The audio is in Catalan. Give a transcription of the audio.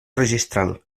registral